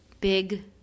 big